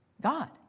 God